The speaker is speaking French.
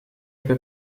peu